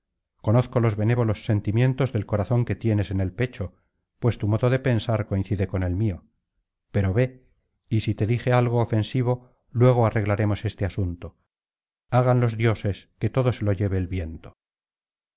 conozco los benévolos sentimientos del corazón que tienes en él pecho pues tu modo de pensar coincide con el mío pero ve y si te dije algo ofensivo luego arreglaremos este asunto hagan los dioses que todo se lo lleve el viento